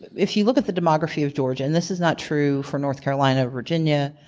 if you look at the demography of georgia, and this is not true for north carolina, virginia,